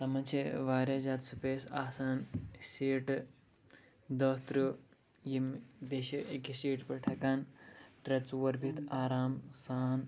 تَتھ منٛز چھِ واریاہ زیادٕ سٕپیس آسان سیٖٹہٕ دٔہ تٕرٛہ یِم بیٚیہِ چھِ أکِس سیٖٹہٕ پٮ۪ٹھ ہیٚکان ترٛےٚ ژوٗر بِہتھ آرام سان